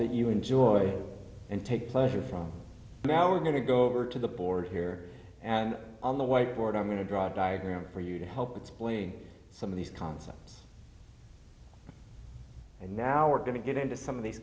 that you enjoy and take pleasure from now we're going to go over to the board here and on the whiteboard i'm going to draw a diagram for you to help explain some of these concepts and now we're going to get into some of these